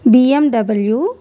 BMW